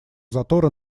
затора